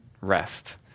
rest